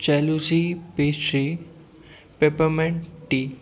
चैलूसी pastry peppermint T